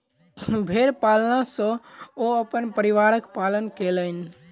भेड़ पालन सॅ ओ अपन परिवारक पालन कयलैन